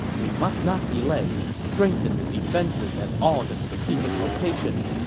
we must not delay. strengthen the defenses at all the strategic locations.